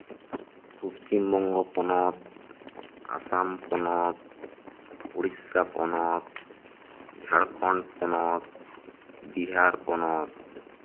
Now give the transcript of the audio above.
ᱯᱚᱥᱪᱷᱤᱢ ᱵᱚᱝᱜᱚ ᱯᱚᱱᱚᱛ ᱟᱥᱟᱢ ᱯᱚᱱᱚᱛ ᱳᱰᱤᱥᱟ ᱯᱚᱱᱚᱛ ᱡᱷᱟᱲᱠᱷᱚᱸᱰ ᱯᱚᱱᱚᱛ ᱵᱤᱦᱟᱨ ᱯᱚᱱᱚᱛ